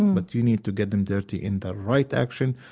um but you need to get them dirty in the right action,